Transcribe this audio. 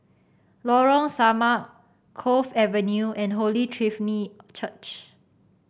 Lorong Samak Cove Avenue and Holy Trinity Church